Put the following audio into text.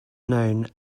known